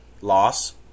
Loss